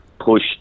push